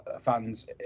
fans